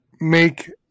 make